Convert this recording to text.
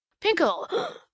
Pinkle